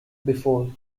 before